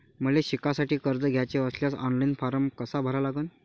मले शिकासाठी कर्ज घ्याचे असल्यास ऑनलाईन फारम कसा भरा लागन?